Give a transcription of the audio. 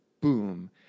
boom